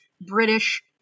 British